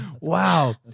Wow